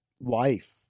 life